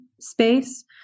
space